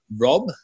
Rob